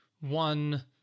One